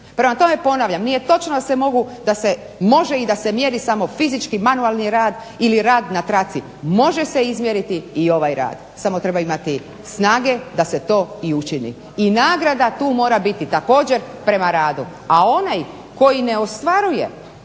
Prema tome, ponavlja nije točno da se mogu, da se može i mjeri samo fizički, manualni rad ili rad na traci. Može se izmjeriti i ovaj rad samo treba imati snage da se to i učini. I nagrada tu mora biti također prema radu, a onaj koji ne ostvaruje